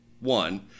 one